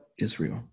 Israel